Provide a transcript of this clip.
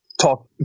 talk